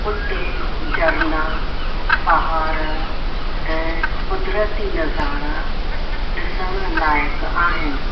उते झरना पहाड़ ऐं कुदरती नज़ारा ॾिसणु लाइक़ु आहिनि